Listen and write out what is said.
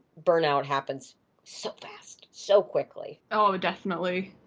burnout happens so fast. so quickly. oh, definitely.